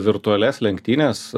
virtualias lenktynes